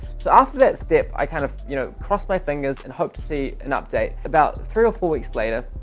so, after that step, i kind of you know crossed my fingers and hoped to see an update. about three or four weeks later,